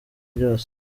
ryose